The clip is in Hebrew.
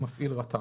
"מפעיל רט"ן""."